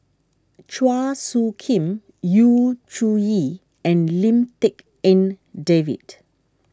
Chua Soo Khim Yu Zhuye and Lim Tik En David